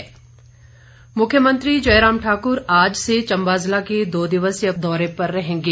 मुख्यमंत्री मुख्यमंत्री जयराम ठाक्र आज से चंबा जिला के दो दिवसीय दौरे पर रहेंगे